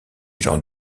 gens